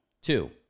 Two